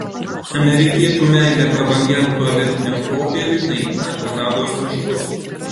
amerikiečių meilė prabangiam tualetiniam popieriui naikina kanados miškus